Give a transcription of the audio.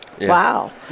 Wow